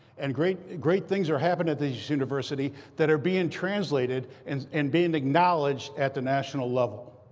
and great ah great things are happening at this university that are being translated and and being acknowledged at the national level.